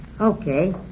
Okay